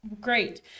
Great